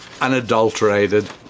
unadulterated